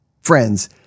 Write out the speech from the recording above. Friends